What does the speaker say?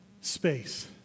space